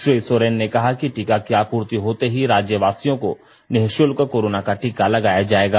श्री सोरेन ने कहा कि टीका की आपूर्ति होते ही राज्यवासियों को निशुल्क कोरोना का टीका लगाया जाएगा